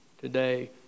today